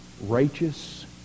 righteous